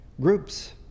groups